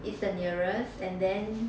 is the nearest and then